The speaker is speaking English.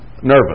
Nervous